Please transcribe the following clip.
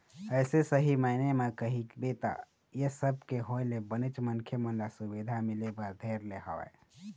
अइसे सही मायने म कहिबे त ऐ सब के होय ले बनेच मनखे मन ल सुबिधा मिले बर धर ले हवय